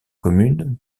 communes